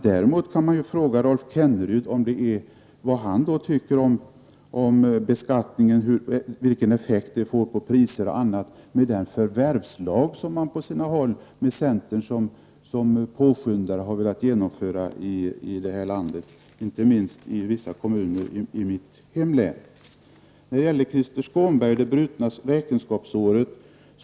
Däremot kan man fråga Rolf Kenneryd vad han tycker om den effekt på priser och annat som uppkommer genom den förvärvslag som man på sina håll i landet, med centern som tillskyndare, har velat genomföra, inte minst i vissa kommuner i mitt hemlän. Krister Skånberg talade om det brutna räkenskapsåret.